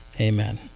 amen